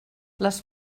les